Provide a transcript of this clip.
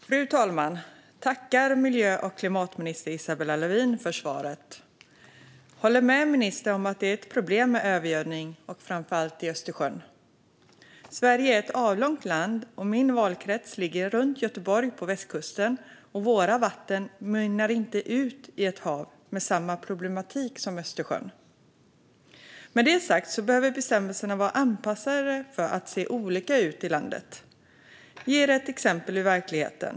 Fru talman! Jag tackar miljö och klimatminister Isabella Lövin för svaret. Jag håller med ministern om att det finns ett problem med övergödning, framför allt i Östersjön. Sverige är ett avlångt land. Min valkrets ligger runt Göteborg på Västkusten. Våra vatten mynnar inte ut i ett hav med samma problematik som Östersjön. Bestämmelserna behöver vara anpassade för att se olika ut i landet. Jag kan ge ett exempel ur verkligheten.